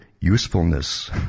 usefulness